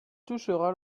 touchera